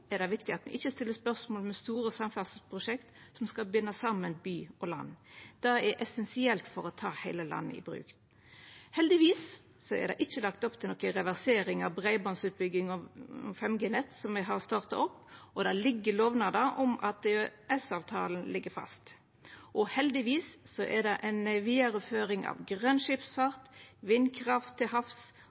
er det viktig at me ikkje stiller spørsmål ved store samferdselsprosjekt som skal binda saman by og land. Det er essensielt for å ta heile landet i bruk. Heldigvis er det ikkje lagt opp til noka reversering av breibandsutbygging og 5G-nett, som me har starta opp, og det ligg lovnader om at EØS-avtalen ligg fast. Heldigvis er det òg ei vidareføring av grøn skipsfart, vindkraft til havs,